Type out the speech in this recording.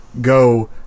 Go